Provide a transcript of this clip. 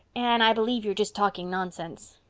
anne, i believe you're just talking nonsense.